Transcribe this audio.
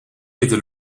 était